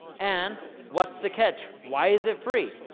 and what's the catch, why is it free,